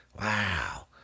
wow